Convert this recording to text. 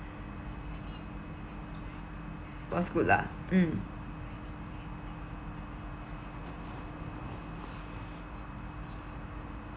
was good lah mm